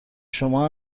شما